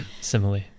simile